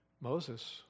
Moses